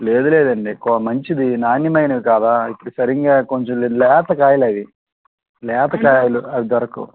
లేదు లేదండి కో మంచివి నాణ్యమైనవి కదా ఇప్పుడు సరిగా కొంచెం లేతకాయలు అవి లేతకాయలు అవి దొరకవు